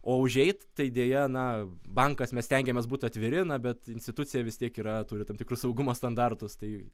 o užeit tai deja na bankas mes stengiamės būt atviri na bet institucija vis tiek yra turi tam tikrus saugumo standartus tai